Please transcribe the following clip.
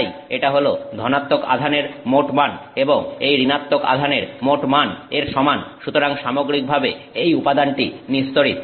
তাই এটা হল ধনাত্মক আধানের মোট মান এবং এই ঋণাত্মক আধানের মোট মান এর সমান সুতরাং সামগ্রিকভাবে এই উপাদানটি নিস্তড়িত